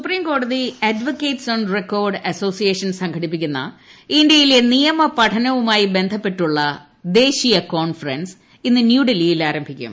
supreme കോടതി advocates on record association സംഘടിപ്പിക്കുന്ന ഇന്ത്യയിലെ നിയമ പഠനവുമായി ബന്ധപ്പെട്ടുള്ള ദേശീയ കോൺഫറൻസ് ഇന്ന് ന്യൂഡൽഹിയിൽ ആരംഭിക്കും